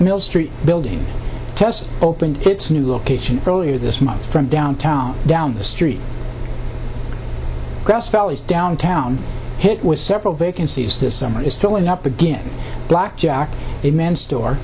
mill street building test opened its new location earlier this month from downtown down the street downtown hit with several vacancies this summer is filling up again blackjack a man store